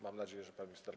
Mam nadzieję, że pan minister